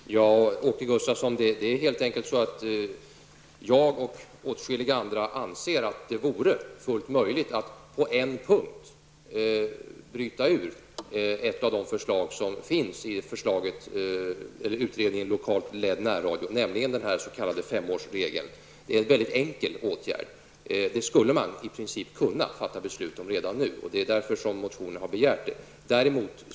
Fru talman! Det är, Åke Gustavsson, helt enkelt så, att jag och åtskilliga andra anser att det vore fullt möjligt att på en punkt bryta ur ett av de förslag som finns i utredningen Lokalt ledd närradio, nämligen den s.k. 5-årsregeln. Det är en väldigt enkel åtgärd. Det skulle man i princip kunna fatta beslut om redan nu, och det är därför vi i motionen har begärt det.